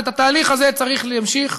ואת התהליך הזה צריך להמשיך.